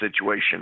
situation